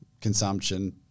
consumption